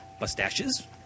Mustaches